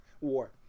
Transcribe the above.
war